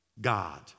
God